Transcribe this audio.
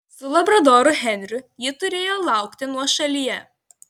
su labradoru henriu ji turėjo laukti nuošalyje